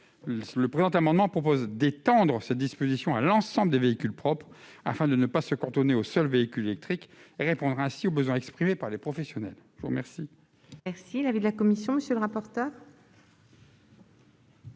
Le présent amendement tend à étendre cette disposition à l'ensemble des véhicules propres, afin de ne pas se cantonner aux seuls véhicules électriques, et à répondre ainsi aux besoins exprimés par les professionnels. Quel